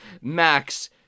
Max